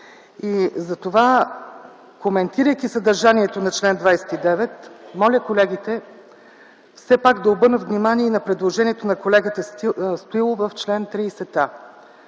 Затова, коментирайки съдържанието на чл. 29, моля колегите да обърнат внимание и на предложението на колегата Стоилов в чл. 30а,